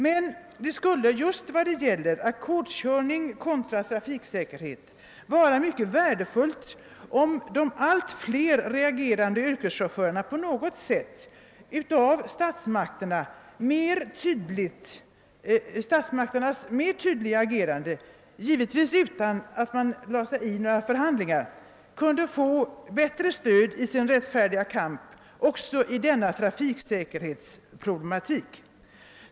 Men det skulle, just vad gäller ackordskörning kontra trafiksäkerhet, vara mycket värdefullt, om de allt fler reagerande yrkeschaufförerna av statsmakternas agerande — givetvis utan att man lade sig i förhandlingarna — kunde få ett bättre stöd i sin rättfärdiga kamp för att komma till rätta med dessa trafiksäkerhetsproblem.